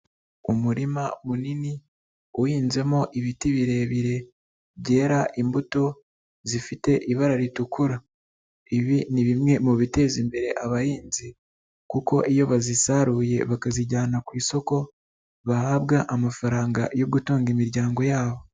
Umurima munini uhinzemo ibiti birebire byera imbuto zifite ibara ritukura, ibi ni bimwe mu biteza imbere abahinzi kuko iyo bazisaruye bakazijyana ku isoko, bahabwa amafaranga yo gutunga imiryango yabo.